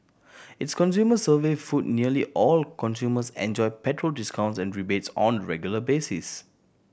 its consumer survey found nearly all consumers enjoy petrol discounts and rebates on a regular basis